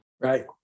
Right